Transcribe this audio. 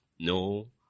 No